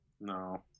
No